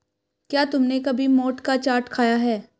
क्या तुमने कभी मोठ का चाट खाया है?